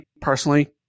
personally